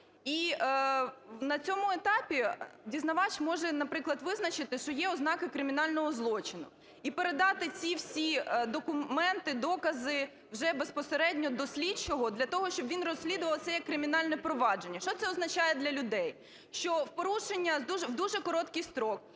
І на цьому етапі дізнавач може, наприклад, визначити, що є ознаки кримінального злочину. І передати ці всі документи, докази, вже безпосередньо до слідчого для того, щоб він розслідував це, як кримінальне провадження. Що це означає для людей? Що в порушення, в дуже короткий строк,